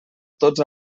tots